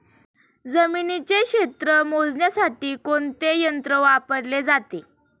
जमिनीचे क्षेत्र मोजण्यासाठी कोणते यंत्र वापरले जाते?